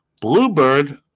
Bluebird